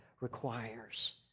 requires